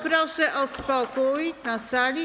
Proszę o spokój na sali.